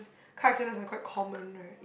car accidents are quite common right